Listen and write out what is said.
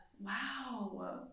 wow